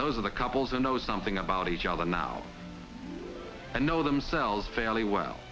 those of the couples who knows something about each other now and know themselves fairly well